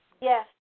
Yes